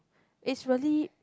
it's really